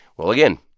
well, again,